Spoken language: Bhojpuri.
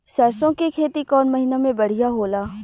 सरसों के खेती कौन महीना में बढ़िया होला?